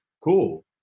cool